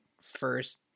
first